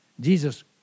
Jesus